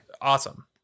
awesome